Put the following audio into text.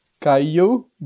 Caillou